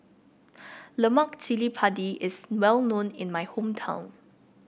Lemak Cili Padi is well known in my hometown